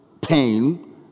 pain